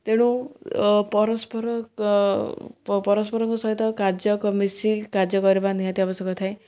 ତେଣୁ ପରସ୍ପର ପରସ୍ପରଙ୍କ ସହିତ କାର୍ଯ୍ୟ ମିଶି କାର୍ଯ୍ୟ କରିବା ନିହାତି ଆବଶ୍ୟକ ଥାଏ